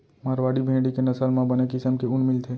मारवाड़ी भेड़ी के नसल म बने किसम के ऊन मिलथे